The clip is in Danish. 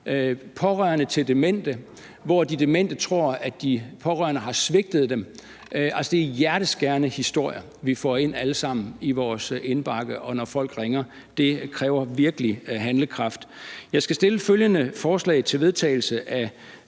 pårørende til demente, hvor de demente tror, at de pårørende har svigtet dem. Altså, det er hjerteskærende historier, vi får ind alle sammen i vores indbakke, og når folk ringer. Det kræver virkelig handlekraft. Jeg skal stille følgende forslag til vedtagelse af